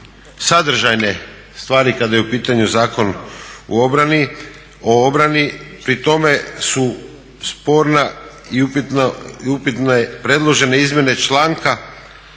sadržajne stvari kada je u pitanju Zakon o obrani pri tome su sporna i upitne predložene izmjene članka